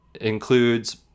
includes